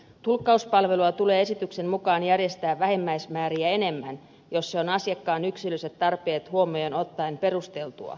tulkkauspalvelua tulee esityksen mukaan järjestää vähimmäismääriä enemmän jos se on asiakkaan yksilölliset tarpeet huomioon ottaen perusteltua